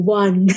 one